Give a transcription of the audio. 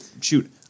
Shoot